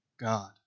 God